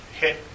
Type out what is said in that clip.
hit